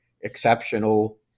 exceptional